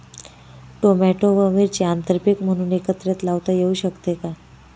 Tomato व मिरची आंतरपीक म्हणून एकत्रित लावता येऊ शकते का?